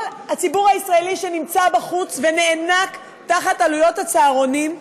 כל הציבור הישראלי שנמצא בחוץ ונאנק תחת עלויות הצהרונים,